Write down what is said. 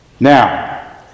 Now